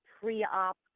pre-op